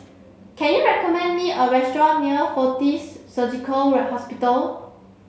can you recommend me a restaurant near Fortis Surgical Hospital